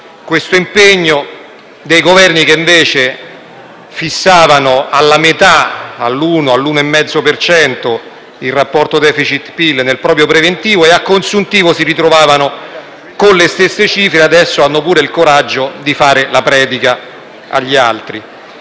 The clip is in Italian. questo impegno, rispetto ai Governi che invece fissavano alla metà, all'1-1,5 per cento il rapporto *deficit*-PIL nel proprio preventivo, a consuntivo si ritrovavano con le stesse cifre e adesso hanno pure il coraggio di fare la predica agli altri.